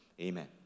Amen